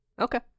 Okay